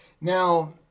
now